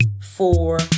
four